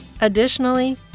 Additionally